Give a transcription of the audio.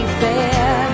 fair